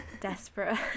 Desperate